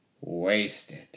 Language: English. wasted